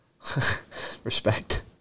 Respect